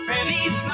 Feliz